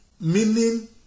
meaning